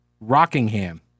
Rockingham